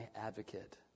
advocate